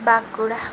Bankura